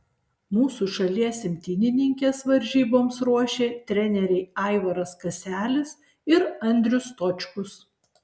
mūsų šalies imtynininkes varžyboms ruošė treneriai aivaras kaselis ir andrius stočkus